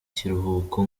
kiruhuko